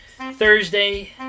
Thursday